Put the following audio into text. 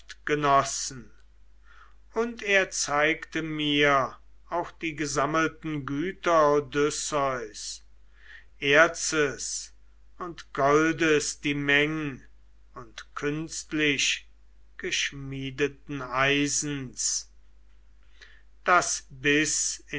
und er zeigte mir auch die gesammelten güter odysseus erzes und goldes die meng und künstlich geschmiedeten eisens daß bis